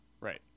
Right